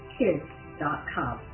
kids.com